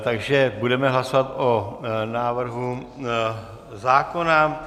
Takže budeme hlasovat o návrhu zákona.